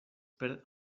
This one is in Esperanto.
per